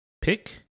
pick